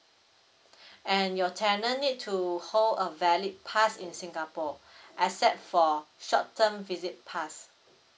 and your tenant need to hold a valid pass in singapore except for short term visit pass